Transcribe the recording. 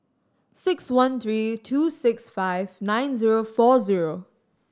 six one three two six five nine zero four zero